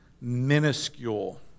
minuscule